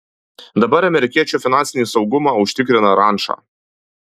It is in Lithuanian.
dabar amerikiečio finansinį saugumą užtikrina ranča